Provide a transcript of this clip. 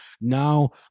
now